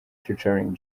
featuring